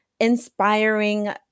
inspiring